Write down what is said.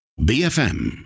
BFM